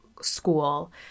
school